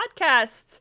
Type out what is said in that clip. podcasts